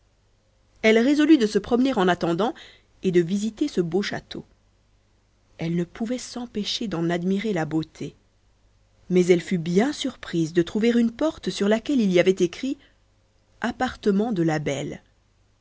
elle résolut de se promener en attendant et de visiter ce beau château elle ne pouvait s'empêcher d'en admirer la beauté mais elle fut bien surprise de trouver une porte sur laquelle il y avait écrit appartement de